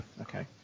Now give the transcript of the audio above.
Okay